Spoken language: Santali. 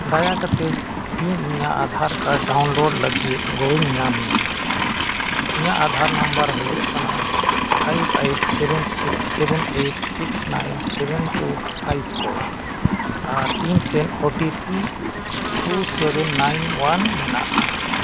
ᱫᱟᱭᱟ ᱠᱟᱛᱮᱫ ᱤᱧ ᱤᱧᱟᱹᱜ ᱟᱫᱷᱟᱨ ᱠᱟᱨᱰ ᱰᱟᱣᱩᱱᱞᱳᱰ ᱞᱟᱹᱜᱤᱫ ᱜᱚᱲᱚᱧ ᱧᱟᱢ ᱢᱮ ᱤᱧᱟᱹᱜ ᱟᱫᱷᱟᱨ ᱱᱟᱢᱵᱟᱨ ᱦᱩᱭᱩᱜ ᱠᱟᱱᱟ five eight seven six seven eight six nine seven two five four ᱟᱨ ᱤᱧ then O T P two seven nine one ᱢᱮᱱᱟᱜᱼᱟ